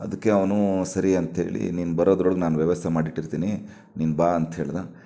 ಅದಕ್ಕೆ ಅವನು ಸರಿ ಅಂತ ಹೇಳಿ ನೀನು ಬರೋದ್ರೊಳಗೆ ನಾನು ವ್ಯವಸ್ಥೆ ಮಾಡಿ ಇಟ್ಟಿರ್ತೀನಿ ನೀನು ಬಾ ಅಂತ ಹೇಳಿದ